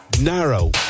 narrow